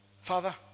Father